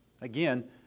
Again